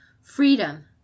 Freedom